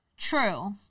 True